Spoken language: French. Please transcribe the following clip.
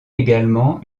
également